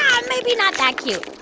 um maybe not that cute